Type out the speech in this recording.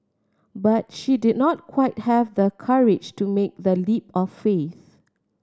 but she did not quite have the courage to make that leap of faith